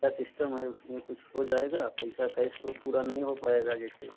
क्या सिस्टम है उसमें कुछ हो जाएगा पैसा कैश तो पूरा नहीं हो पाएगा जैसे